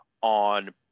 on